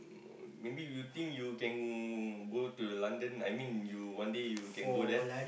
maybe you think you can go to London I mean you one day you can go there